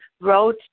road